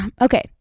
okay